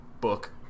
book